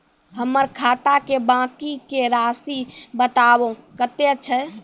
हमर खाता के बाँकी के रासि बताबो कतेय छै?